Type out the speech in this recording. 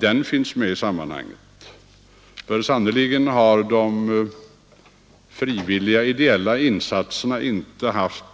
De frivilliga ideella insatserna har hitttills inte haft